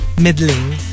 middling